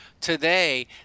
Today